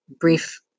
brief